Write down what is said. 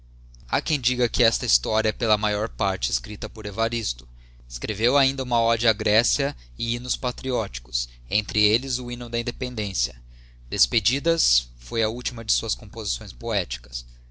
ha quem diga que esta liistoria é pela maior parte escripta por evaristo escreveu ainda uma ode á grécia e hymnos patrióticos y entre elles o hymno da indepen dencia despedidas foi a ultima das suas composições poéticas